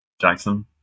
jackson